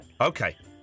Okay